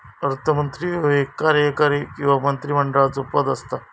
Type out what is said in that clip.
अर्थमंत्री ह्यो एक कार्यकारी किंवा मंत्रिमंडळाचो पद असता